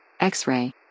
X-Ray